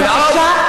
בבקשה,